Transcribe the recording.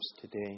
today